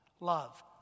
love